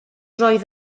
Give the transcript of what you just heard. roedd